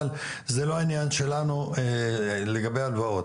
אבל זה לא העניין שלנו לגבי הלוואות.